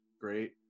Great